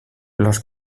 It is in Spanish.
los